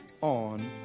on